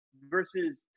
Versus